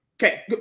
Okay